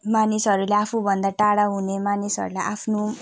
मानिसहरूले आफूभन्दा टाढा हुने मानिसहरूलाई आफ्नो